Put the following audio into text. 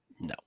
no